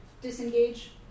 disengage